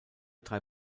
drei